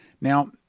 Now